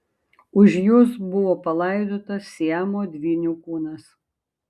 už jos buvo palaidotas siamo dvynių kūnas